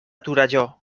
torelló